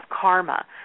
karma